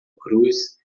cruz